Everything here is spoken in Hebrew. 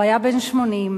הוא היה בן 80,